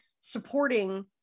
supporting